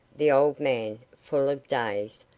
the old man, full of days,